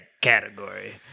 category